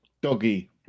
Doggy